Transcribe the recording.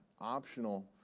optional